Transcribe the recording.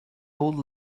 old